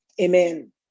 amen